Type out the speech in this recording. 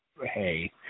Hey